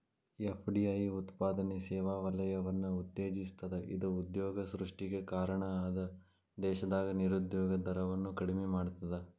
FDI ಉತ್ಪಾದನೆ ಸೇವಾ ವಲಯವನ್ನ ಉತ್ತೇಜಿಸ್ತದ ಇದ ಉದ್ಯೋಗ ಸೃಷ್ಟಿಗೆ ಕಾರಣ ಅದ ದೇಶದಾಗ ನಿರುದ್ಯೋಗ ದರವನ್ನ ಕಡಿಮಿ ಮಾಡ್ತದ